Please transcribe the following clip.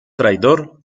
traidor